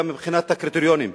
גם מבחינת הקריטריונים.